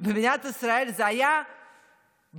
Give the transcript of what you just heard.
במדינת ישראל, זה היה בדיחה,